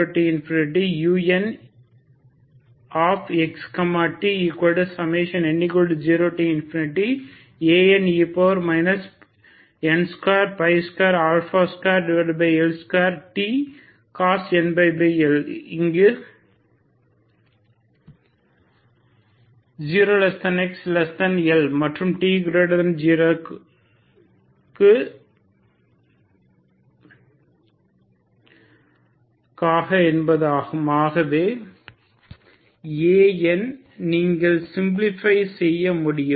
cos nπLx 0xL மற்றும் t0 க்காக என்பதாகும் ஆகவே An நீங்கள் சிம்பிளிஃபை செய்ய முடியும்